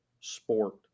sport